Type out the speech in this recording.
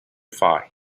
far